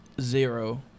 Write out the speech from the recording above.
Zero